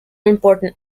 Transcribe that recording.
important